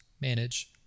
Manage